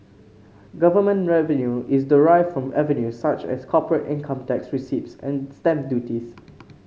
government revenue is derived from avenues such as corporate income tax receipts and stamp duties